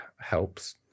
helps